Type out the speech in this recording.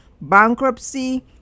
bankruptcy